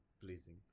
pleasing